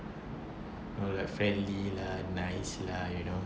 you know like friendly lah nice lah you know